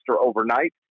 overnight